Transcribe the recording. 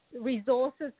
resources